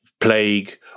plague